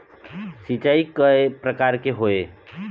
सिचाई कय प्रकार के होये?